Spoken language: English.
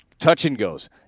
Touch-and-goes